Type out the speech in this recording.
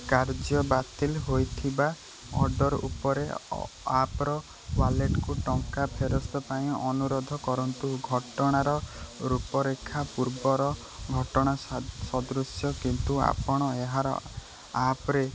କାର୍ଯ୍ୟ ବାତିଲ ହୋଇଥିବା ଅର୍ଡ଼ର୍ ଉପରେ ଆପ୍ର ୱାଲେଟ୍କୁ ଟଙ୍କା ଫେରସ୍ତ ପାଇଁ ଅନୁରୋଧ କରନ୍ତୁ ଘଟଣାର ରୂପରେଖ ପୂର୍ବର ଘଟଣା ସଦୃଶ୍ୟ କିନ୍ତୁ ଆପଣ ଏହାର ଆପ୍ରେ